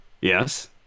Yes